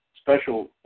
special